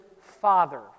father